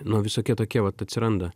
nu visokie tokie vat atsiranda